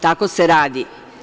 Tako se radi.